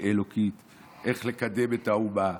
אלוקית איך לקדם את האומה,